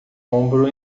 ombro